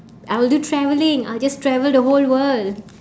I will do traveling I will just travel the whole world